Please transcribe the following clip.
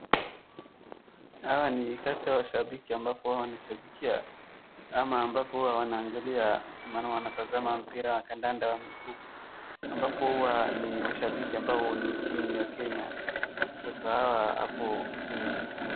Hawa ni kati ya mashabiki ambapo wanashabikia ama ambapo wanaangalia maana wanatazama mpira ya kandanda ya miguu ambapo hua ni mashabiki ambao ni timu ya Kenya sasa hawa hapo ni.